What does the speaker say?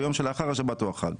ביום שלאחר השבת או החג,